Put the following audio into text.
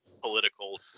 political